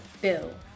Bill